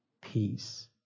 peace